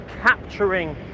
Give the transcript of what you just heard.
capturing